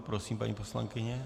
Prosím, paní poslankyně.